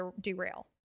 derail